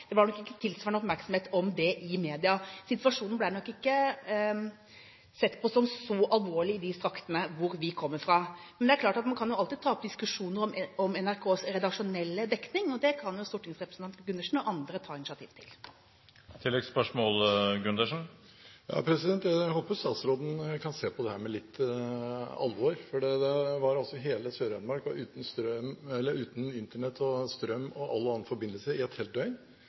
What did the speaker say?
Situasjonen ble nok ikke sett på som så alvorlig i de traktene hvor vi kommer fra. Men det er klart at man kan jo alltid ta opp diskusjonen om NRKs redaksjonelle dekning, og det kan jo stortingsrepresentanten Gundersen og andre ta initiativ til. Jeg håper statsråden kan se på dette med litt alvor, for hele Sør-Hedmark var altså uten Internett og strøm og all annen forbindelse i et